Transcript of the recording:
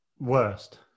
Worst